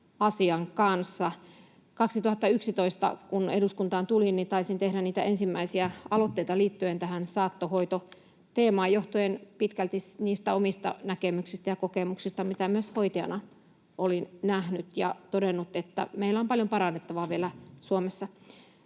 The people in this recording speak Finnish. asian kanssa. 2011, kun eduskuntaan tulin, taisin tehdä ensimmäisiä aloitteita liittyen tähän saattohoitoteemaan, johtuen pitkälti niistä omista näkemyksistä ja kokemuksista, mitä myös hoitajana olin nähnyt, ja olin todennut, että meillä on paljon parannettavaa vielä Suomessa.